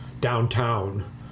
downtown